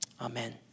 Amen